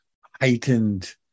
heightened